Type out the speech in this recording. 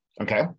Okay